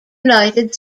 united